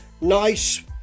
Nice